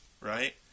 right